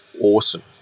awesome